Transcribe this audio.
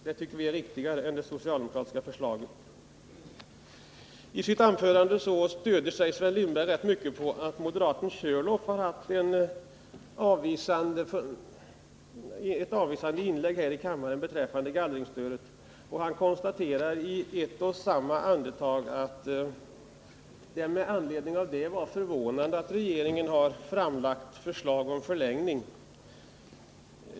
Det tycker vi är riktigare än det socialdemokratiska förslaget. Sven Lindberg stödde sig rätt mycket på att moderaten Björn Körlof gjort ett avvisande inlägg här i kammaren beträffande gallringsstödet och tyckte att det var förvånande att regeringen ändå lagt fram förslag om förlängning.